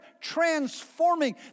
transforming